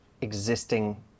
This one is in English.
existing